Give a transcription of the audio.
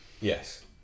Yes